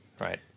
right